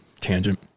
tangent